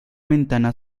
ventana